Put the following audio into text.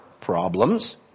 problems